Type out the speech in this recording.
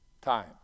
time